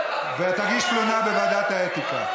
תגיש תלונה בוועדת האתיקה.